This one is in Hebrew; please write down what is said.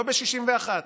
לא ב-61,